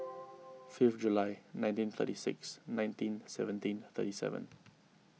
fifth July nineteen thirty six nineteen seventeen thirty seven